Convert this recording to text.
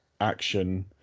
action